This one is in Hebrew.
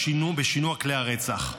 היא שאלה את מזכ"ל האו"ם: